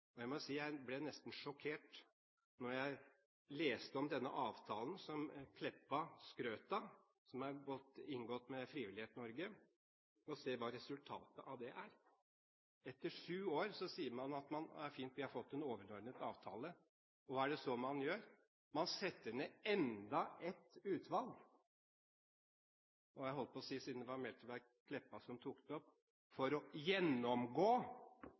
Og jeg må si jeg ble nesten sjokkert da jeg leste om denne avtalen som Meltveit Kleppa skrøt av, som er inngått med Frivillighet Norge, og ser hva resultatet av den er. Etter sju år sier man at det er fint – vi har fått en overordnet avtale. Hva er det så man gjør? Man setter ned enda et utvalg for å – jeg holdt på å si, siden det var Meltveit Kleppa som tok det opp: gjennomgå